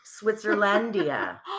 Switzerlandia